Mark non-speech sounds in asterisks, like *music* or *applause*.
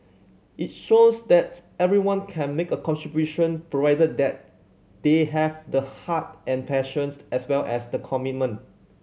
it shows that everyone can make a contribution provided that they have the heart and passion *unintelligible* as well as the commitment